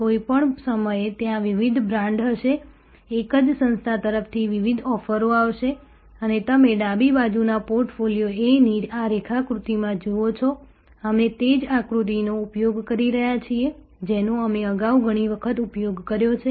કોઈપણ સમયે ત્યાં વિવિધ બ્રાન્ડ્સ હશે એક જ સંસ્થા તરફથી વિવિધ ઓફરો આવશે અને તમે ડાબી બાજુના પોર્ટફોલિયો A ની આ રેખાકૃતિમાં જુઓ છો અમે તે જ આકૃતિનો ઉપયોગ કરી રહ્યા છીએ જેનો અમે અગાઉ ઘણી વખત ઉપયોગ કર્યો છે